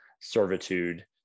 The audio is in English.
servitude